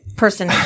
Person